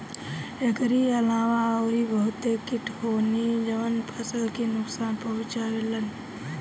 एकरी अलावा अउरी बहते किट होने जवन फसल के नुकसान पहुंचावे लन